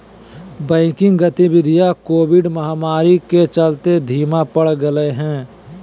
banking गतिवीधियां Covid महामारी के चलते धीमा पड़ गेले हें